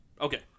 Okay